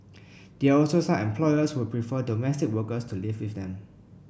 there are also some employers who prefer domestic workers to live with them